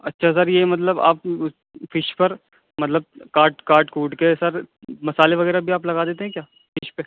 اچھا سر یہ مطلب آپ فش پر مطلب کاٹ کاٹ کوٹ کے سر مسالے وغیرہ بھی آپ لگا دیتے ہیں کیا فش پہ